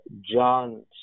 John